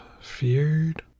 feared